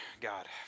God